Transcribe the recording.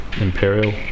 Imperial